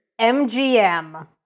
mgm